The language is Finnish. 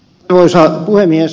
arvoisa puhemies